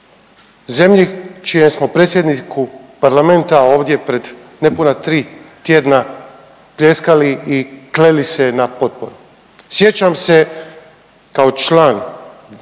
Zemlja čijem smo predsjedniku parlamenta ovdje pred nepuna tri tjedna pljeskali i kleli se na potporu. Sjećam se kao član Odbora